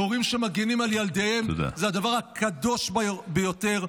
הורים שמגינים על ילדיהם זה הדבר הקדוש ביותר,